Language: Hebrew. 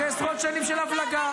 אחרי עשרות שנים של הבלגה,